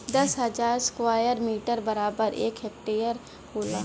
दस हजार square metre बराबर एक हेक्टेयर होला